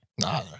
No